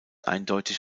eindeutig